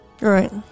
Right